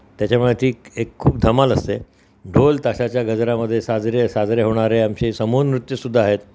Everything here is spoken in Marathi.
त्याच्यामुळे ती एक खूप धमाल असते ढोलताशाच्या गजरामध्ये साजरे साजरे होणारे आमचे समूहनृत्यसुद्धा आहेत